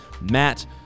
Matt